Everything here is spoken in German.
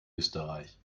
österreich